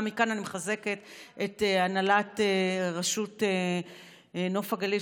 גם מכאן אני מחזקת את הנהלת רשות נוף הגליל,